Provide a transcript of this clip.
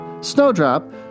Snowdrop